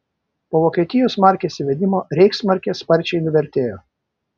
po vokietijos markės įvedimo reichsmarkė sparčiai nuvertėjo